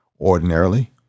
Ordinarily